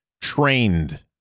trained